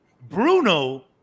Bruno